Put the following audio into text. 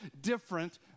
different